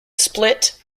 split